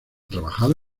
trabajado